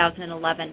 2011